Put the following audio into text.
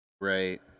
Right